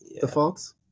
defaults